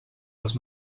les